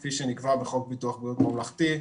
כפי שנקבע בחוק ביטוח בריאות ממלכתי.